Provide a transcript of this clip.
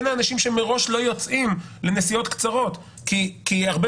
הן אנשים שמראש לא יוצאים לנסיעות קצרות כי הרבה